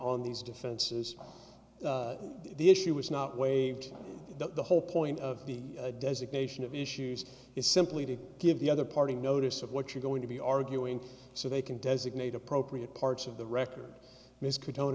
on these defenses the issue was not waived that the whole point of the designation of issues is simply to give the other party notice of what you're going to be arguing so they can designate appropriate parts of the record ms could tone